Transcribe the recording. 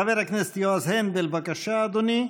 חבר הכנסת יועז הנדל, בבקשה, אדוני.